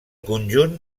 conjunt